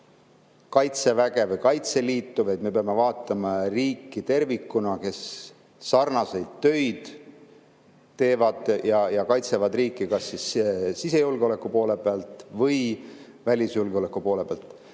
Kaitseväge või Kaitseliitu, vaid me peame vaatama riiki tervikuna, neid, kes sarnaseid töid teevad ja kaitsevad riiki kas sisejulgeoleku või välisjulgeoleku poole peal.